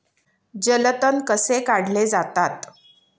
जलतण कसे काढले जातात?